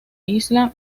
isla